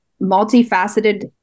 multifaceted